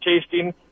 tasting